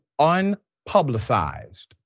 unpublicized